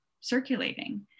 circulating